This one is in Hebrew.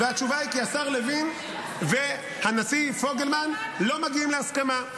והתשובה היא כי השר לוין והנשיא פוגלמן לא מגיעים להסכמה.